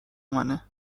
منه